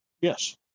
Yes